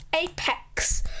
Apex